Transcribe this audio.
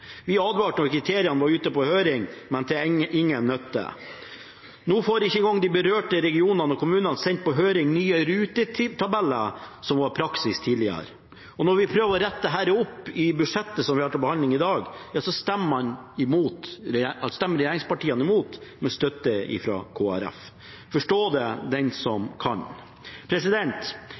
Vi advarte da kriteriene var ute på høring, men til ingen nytte. Nå får ikke engang de berørte regionene og kommunene sendt på høring nye rutetabeller, slik praksis var tidligere, og når vi prøver å rette dette opp i budsjettet vi har til behandling i dag, stemmer regjeringspartiene imot, med støtte fra Kristelig Folkeparti. Forstå det den som kan!